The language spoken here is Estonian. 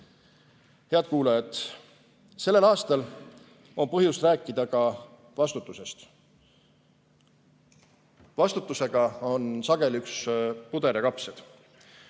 kuulajad! Sellel aastal on põhjust rääkida ka vastutusest. Vastutusega on sageli üks puder ja kapsad.